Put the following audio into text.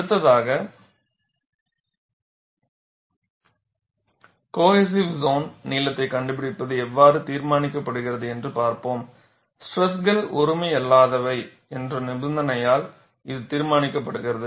அடுத்தாக cohesive zone நீளத்தைக் கண்டுபிடிப்பது எவ்வாறு தீர்மானிக்கப்படுகிறது என்று பார்பபோம் ஸ்ட்ரெஸ்கள் ஒருமை அல்லாதவை என்ற நிபந்தனையால் இது தீர்மானிக்கப்படுகிறது